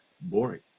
boring